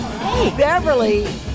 Beverly